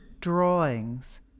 drawings